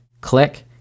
click